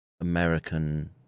American